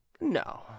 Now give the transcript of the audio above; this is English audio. no